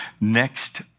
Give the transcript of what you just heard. next